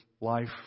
life